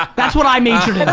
um that's what i majored in,